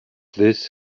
this